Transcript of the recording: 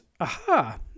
aha